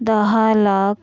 दहा लाख